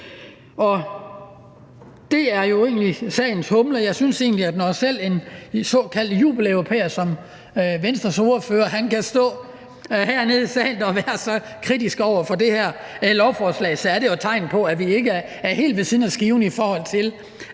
Det er jo egentlig humlen i den her sag. Jeg synes egentlig, at når selv en såkaldt jubeleuropæer som Venstres ordfører kan stå hernede i salen og være så kritisk over for det her lovforslag, er det jo et tegn på, at vi ikke rammer helt ved siden af skiven, i forhold til